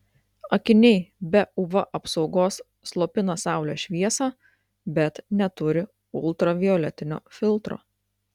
akiniai be uv apsaugos slopina saulės šviesą bet neturi ultravioletinio filtro